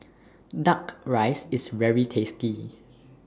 Duck Rice IS very tasty